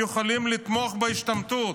יכולים לתמוך בהשתמטות?